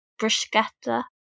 bruschetta